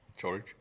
George